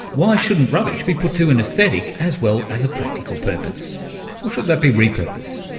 why shouldn't rubbish be put to an aesthetic as well as a practical purpose? or should that be repurpose?